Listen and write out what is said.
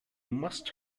must